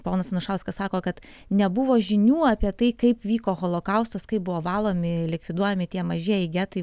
ponas anušauskas sako kad nebuvo žinių apie tai kaip vyko holokaustas kaip buvo valomi likviduojami tie mažieji getai